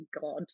god